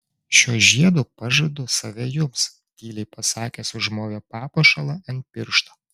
šiuo žiedu pažadu save jums tyliai pasakęs užmovė papuošalą ant piršto